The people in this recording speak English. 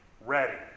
ready